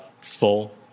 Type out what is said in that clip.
full